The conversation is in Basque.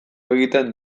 egiten